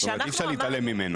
זאת אומרת שאי אפשר להתעלם ממנו.